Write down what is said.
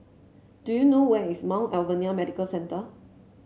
do you know where is Mount Alvernia Medical Centre